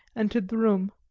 entered the room.